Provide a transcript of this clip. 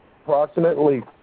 approximately